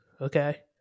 Okay